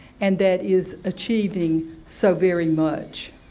and that is achieving so very much.